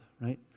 right